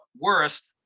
worst